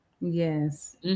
Yes